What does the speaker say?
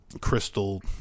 crystal